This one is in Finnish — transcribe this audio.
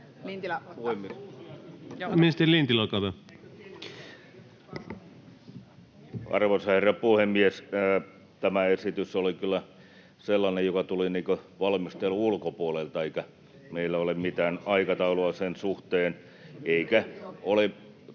Arvoisa herra puhemies! Tämä esitys oli kyllä sellainen, joka tuli valmistelun ulkopuolelta, eikä meillä ole mitään aikataulua sen suhteen, [Oikealta: